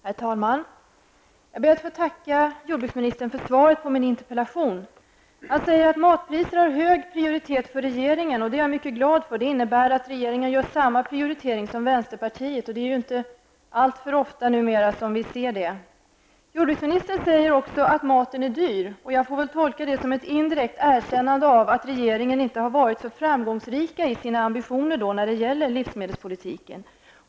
Herr talman! Jag ber att få tacka jordbruksministern för svaret på min interpellation. Han säger att matpriser har hög prioritet för regeringen, och det är jag mycket glad för. Det innebär att regeringen gör samma prioritering som vänsterpartiet, och det är ju inte alltför ofta numera som vi ser detta. Jordbruksministern säger också att maten är dyr, och jag får tolka det som ett indirekt erkännande av att regeringen inte har varit så framgångsrik i sina ambitioner när det gäller livsmedelspolitiken.